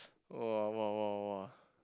!woah! !woah! !woah! !woah!